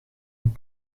een